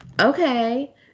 okay